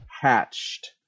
hatched